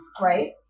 Right